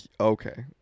Okay